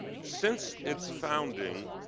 since its founding,